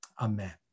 Amen